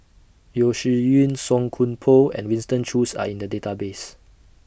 Yeo Shih Yun Song Koon Poh and Winston Choos Are in The Database